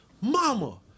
Mama